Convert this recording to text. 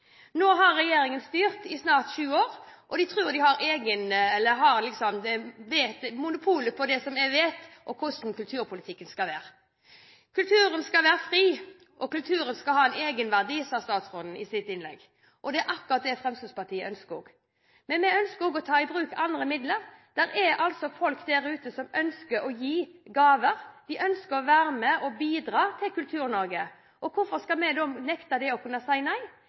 og de tror de har monopol på å vite hvordan kulturpolitikken skal være. Kulturen skal være fri, og kulturen skal ha en egenverdi, sa statsråden i sitt innlegg. Det er akkurat det Fremskrittspartiet ønsker også. Men vi ønsker også å ta i bruk andre midler. Det er folk der ute som ønsker å gi gaver. De ønsker å være med og bidra til Kultur-Norge. Hvorfor skal vi da nekte dem og si nei? Det må jo være en egenverdi i at andre kan være med på å